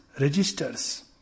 registers